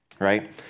right